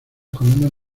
comunes